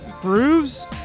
grooves